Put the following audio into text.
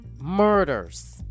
murders